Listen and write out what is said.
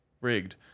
rigged